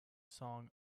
song